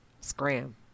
Scram